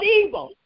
evil